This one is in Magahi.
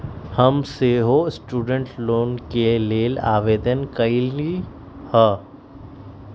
हम सेहो स्टूडेंट लोन के लेल आवेदन कलियइ ह